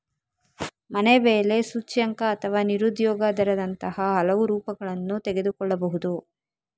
ಮನೆ ಬೆಲೆ ಸೂಚ್ಯಂಕ ಅಥವಾ ನಿರುದ್ಯೋಗ ದರದಂತಹ ಹಲವು ರೂಪಗಳನ್ನು ತೆಗೆದುಕೊಳ್ಳಬಹುದು